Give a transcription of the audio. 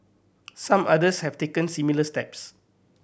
some others have taken similar steps